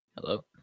Hello